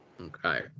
Okay